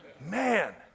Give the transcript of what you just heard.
Man